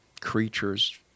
creatures